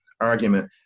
argument